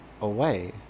away